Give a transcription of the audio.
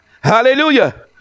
hallelujah